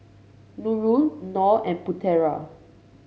Nurul Nor and Putera